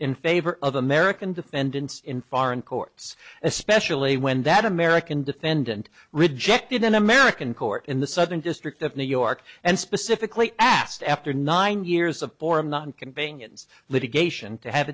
in favor of american defendants in foreign courts especially when that american defendant rejected an american court in the southern district of new york and specifically asked after nine years of form not inconvenience litigation to have